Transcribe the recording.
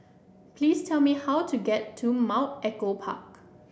please tell me how to get to Mount Echo Park